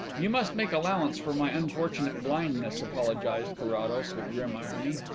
you must make allowance for my unfortunate blindness, apologized carrados, with grim irony.